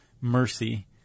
mercy